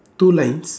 two lines